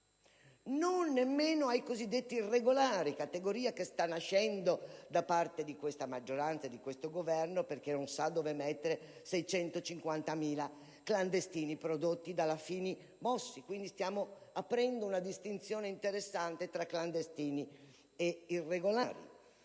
e nemmeno ai cosiddetti irregolari (categoria che sta nascendo con questa maggioranza e questo Governo, perché non sanno dove mettere 650.000 clandestini prodotti dalla cosiddetta legge Bossi‑Fini, aprendo una distinzione interessante fra clandestini ed irregolari),